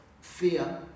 fear